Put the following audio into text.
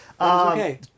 okay